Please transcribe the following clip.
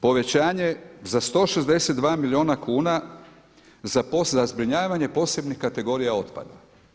Povećanje za 162 milijuna kuna za zbrinjavanje posebnih kategorija otpada.